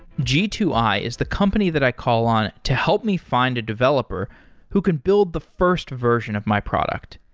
g two i is the company that i call on to help me find a developer who can build the first version of my product.